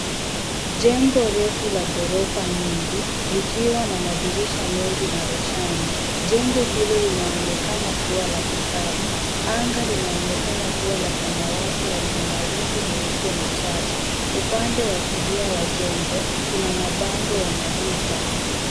Jengo refu ya gorofa nyingi, likiwa na madirisha mengi na roshani. Jengo hilo linaonekana kuwa la kisasa, anga linaonekana kuwa la samawati na lina mawingi meupe machache. Upande wa kulia wa jengo kuna mabango ya maduka.